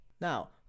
Now